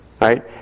right